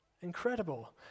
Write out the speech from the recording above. Incredible